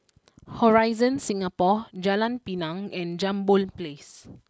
Horizon Singapore Jalan Pinang and Jambol place